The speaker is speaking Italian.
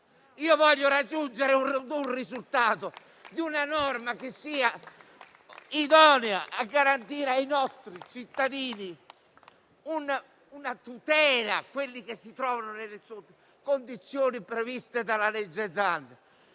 Io voglio raggiungere il risultato di una norma che sia idonea a garantire ai nostri cittadini una tutela per chi si trova nelle condizioni previste dal disegno di